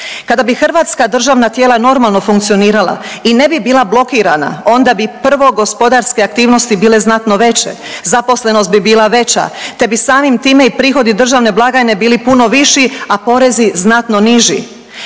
Kada bi hrvatska državna tijela normalno funkcionirala i ne bi bila blokirana, onda bi prvo gospodarske aktivnosti bile znatno veće, zaposlenost bi bila veća, te bi samim time i prihodi državne blagajne bili puno viši, a porezni znatno niži.